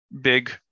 big